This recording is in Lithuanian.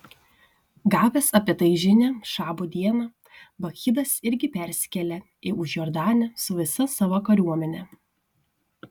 gavęs apie tai žinią šabo dieną bakchidas irgi persikėlė į užjordanę su visa savo kariuomene